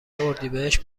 اردیبهشت